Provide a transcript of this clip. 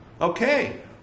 Okay